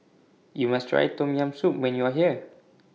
YOU must Try Tom Yam Soup when YOU Are here